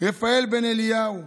רפאל בן אליהו,